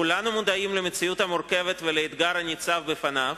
כולנו מודעים למציאות המורכבת ולאתגר הניצב בפניו